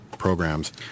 programs